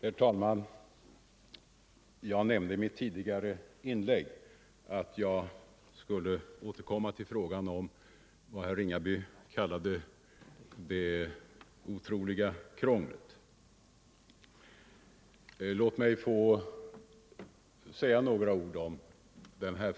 Nr 126 Herr talman! Jag nämnde i mitt tidigare inlägg att jag skulle återkomma Torsdagen den till frågan om vad herr Ringaby kallade ”det otroliga krånglet”. Låt mig 21 november 1974 få säga några ord om den frågan.